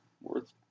worth